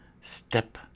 step